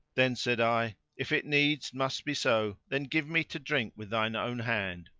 then said i, if it needs must be so, then give me to drink with thine own hand.